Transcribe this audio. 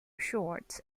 short